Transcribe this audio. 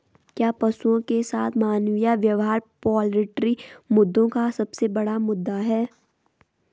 क्या पशुओं के साथ मानवीय व्यवहार पोल्ट्री मुद्दों का सबसे बड़ा मुद्दा है?